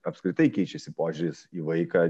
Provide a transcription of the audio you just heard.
apskritai keičiasi požiūris į vaiką